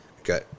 Okay